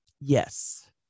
Yes